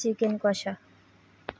chicken কষা